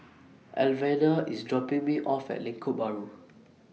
Alvena IS dropping Me off At Lengkok Bahru